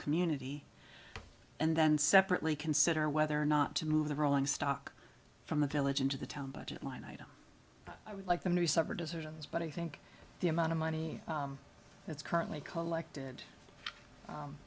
community and then separately consider whether or not to move the rolling stock from the village into the town budget line item i would like them to suffer decisions but i think the amount of money that's currently collected